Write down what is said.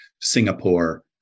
Singapore